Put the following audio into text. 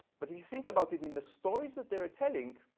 but if you think about it in the stories that they are telling,